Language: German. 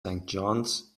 john’s